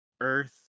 earth